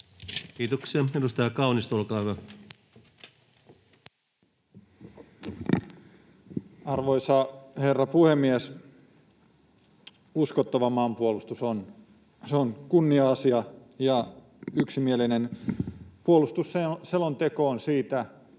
Kiitoksia. — Edustaja Kaunisto, olkaa hyvä. Arvoisa herra puhemies! Uskottava maanpuolustus on kunnia-asia, ja yksimielinen puolustusselonteko tästä